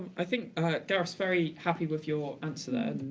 i think they are very happy with your answer. and